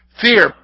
Fear